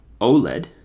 OLED